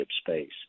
space